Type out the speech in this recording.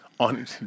On